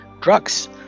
drugs